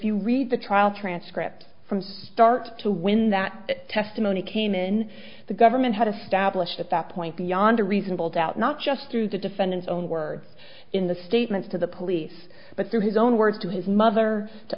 you read the trial transcript from start to when that testimony came in the government had a stablished at that point beyond a reasonable doubt not just the defendant's own words in the statements to the police but through his own words to his mother to